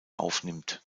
aufnimmt